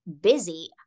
busy